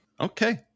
Okay